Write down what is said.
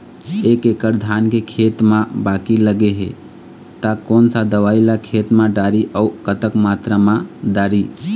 एक एकड़ धान के खेत मा बाकी लगे हे ता कोन सा दवई ला खेत मा डारी अऊ कतक मात्रा मा दारी?